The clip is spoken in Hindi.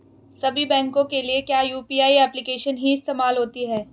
सभी बैंकों के लिए क्या यू.पी.आई एप्लिकेशन ही इस्तेमाल होती है?